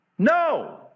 NO